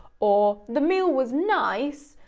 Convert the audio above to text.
or, the meal was nice,